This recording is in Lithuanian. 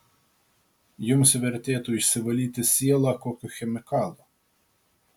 jums vertėtų išsivalyti sielą kokiu chemikalu